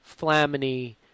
Flamini